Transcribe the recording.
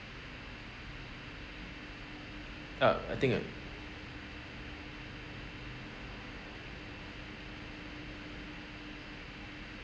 uh I think uh